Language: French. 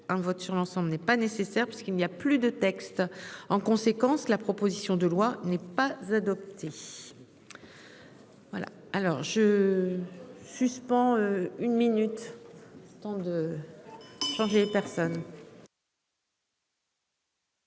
un vote sur l'ensemble n'est pas nécessaire parce qu'il n'y a plus de texte en conséquence la proposition de loi n'est pas. Adoptez.